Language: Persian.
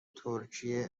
ترکیه